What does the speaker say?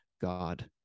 God